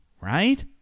right